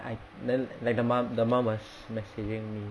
I then like the mom the mom was messaging me